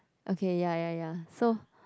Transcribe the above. okay ya ya ya so